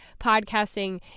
podcasting